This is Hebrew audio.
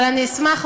אבל אני אשמח,